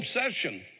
obsession